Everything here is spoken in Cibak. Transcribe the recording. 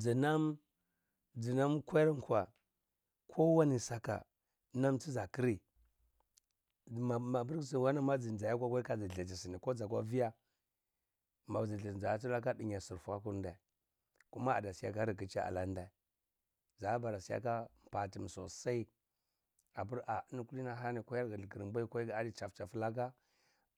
Ɗznam ɗznam nkwarn kwa ko wani saka nam tzakri ma mapr znzi kwani ma znzi akwari kaz sini ko zakwa via mazpr zaya traka ɗnya fakurnɗae kuma aɗ siyaka rikici alan ɗae zabara siyaka batm sosai apr a ini alani kwaiyirr grin grn mbwai kwair grn ani tsapsap laka